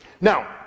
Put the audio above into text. Now